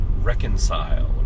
Reconcile